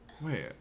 Wait